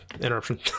interruption